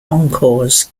encores